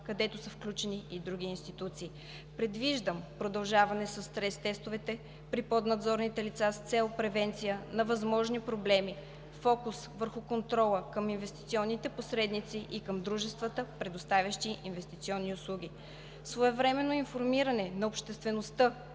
където са включени и други институции. Предвиждам продължаване със стрес-тестовете при поднадзорните лица с цел превенция на възможни проблеми, фокус върху контрола към инвестиционните посредници и към дружествата, предоставящи инвестиционни услуги. Своевременно информиране на обществеността